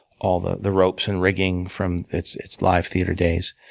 all the the ropes and rigging from its its live theater days.